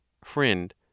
Friend